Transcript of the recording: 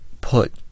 put